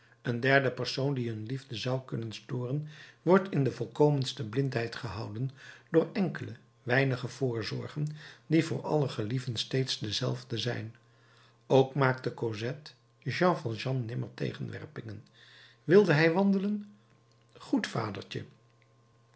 een derde persoon die hun liefde zou kunnen storen wordt in de volkomenste blindheid gehouden door enkele weinige voorzorgen die voor alle gelieven steeds dezelfde zijn ook maakte cosette jean valjean nimmer tegenwerpingen wilde hij wandelen goed